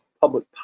public